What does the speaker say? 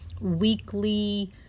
weekly